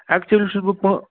اٮ۪کچُلی چھُس بہٕ پہٕ